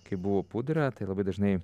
kai buvo pudra tai labai dažnai